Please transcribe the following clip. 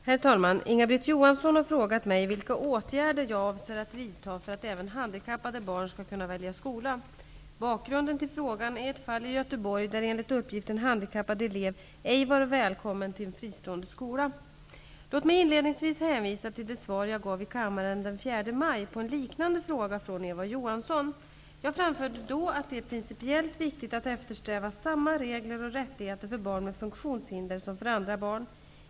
Herr talman! Inga-Britt Johansson har frågat mig vilka åtgärder jag avser att vidta för att även handikappade barn skall kunna välja skola. Bakgrunden till frågan är ett fall i Göteborg där enligt uppgift en handikappad elev ej var välkommen till en fristående skola. Låt mig inledningsvis hänvisa till det svar jag gav i kammaren den 4 maj på en liknande fråga från Eva Johansson. Jag framförde då att det är principiellt viktigt att eftersträva samma regler och rättigheter för barn med funktionshinder som för andra barn.